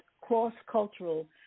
cross-cultural